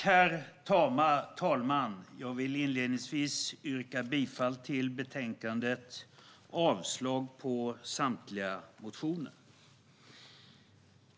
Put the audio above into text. Herr talman! Jag yrkar inledningsvis bifall till utskottets förslag och avslag på samtliga motioner.